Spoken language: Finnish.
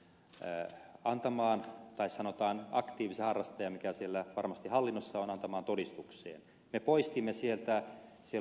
se riistanhoitoyhdistyksen ammattilaisen tai sanotaan aktiivisen harrastajan mikä siellä varmasti hallinnossa on antamaan todistukseen